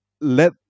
let